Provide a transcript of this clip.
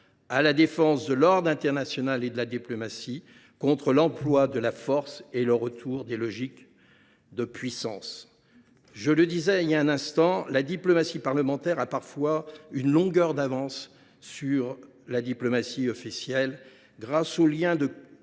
la défense de l’ordre international et de la diplomatie contre l’emploi de la force et le retour des logiques de puissance. Comme je l’indiquais il y a un instant, la diplomatie parlementaire a parfois une longueur d’avance sur la diplomatie officielle, grâce aux liens de confiance